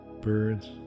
Birds